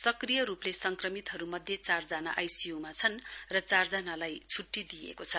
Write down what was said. सक्रिय रुपले संक्रमितहरुमध्ये चारजना आईसीयू मा छन् र चारजनालाई छुट्टी दिइएको छ